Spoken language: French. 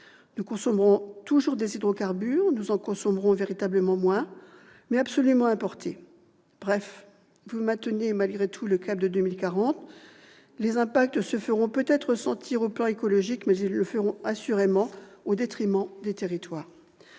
Nous consommerons toujours des hydrocarbures ; nous en consommerons véritablement moins, mais absolument importés ! Bref, vous maintenez malgré tout le cap de 2040. Les impacts se feront peut-être sentir au plan écologique, mais ils se feront assurément sentir au détriment des territoires